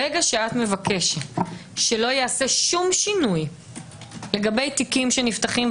אבל ברגע שאת מבקשת שלא ייעשה שום שינוי לגבי תיקים שנפתחים,